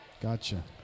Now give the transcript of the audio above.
Gotcha